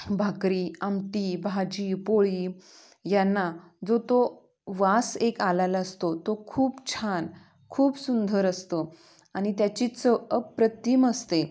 भाकरी आमटी भाजी पोळी यांना जो तो वास एक आलाला असतो तो खूप छान खूप सुंदर असतो आणि त्याची चव अप्रतिम असते